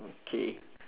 okay